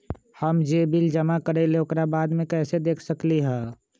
हम जे बिल जमा करईले ओकरा बाद में कैसे देख सकलि ह?